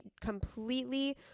completely